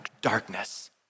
darkness